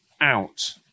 out